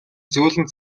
зөөлөн